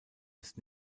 ist